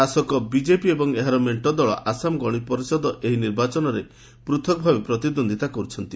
ଶାସକ ବିଜେପି ଏବଂ ଏହାର ମେଷ୍ଟ ଦଳ ଆସାମ ଗଣପରିଷଦ ଏହି ନିର୍ବାଚନରେ ପୃଥକ ଭାବେ ପ୍ରତିଦୃନ୍ଦିତା କରୁଛନ୍ତି